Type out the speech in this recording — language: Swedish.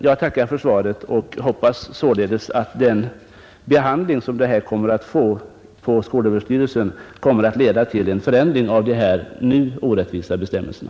Jag tackar för svaret och hoppas att den behandling som frågan får på skolöverstyrelsen kommer att leda till en förändring av de nu orättvisa bestämmelserna.